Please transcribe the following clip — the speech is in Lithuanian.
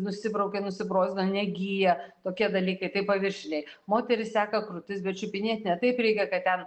nusibraukia nusibrozdina negyja tokie dalykai tai paviršiniai moterys seka krūtis bet čiupinėt ne taip reikia kad ten